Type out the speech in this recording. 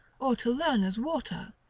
or to lerna's water,